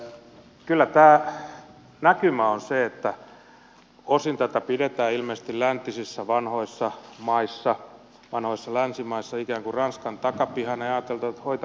kyllä tämä näkymä on se että osin tätä pidetään ilmeisesti läntisissä vanhoissa maissa vanhoissa länsimaissa ikään kuin ranskan takapihana ja on ajateltu että hoitakoon ranska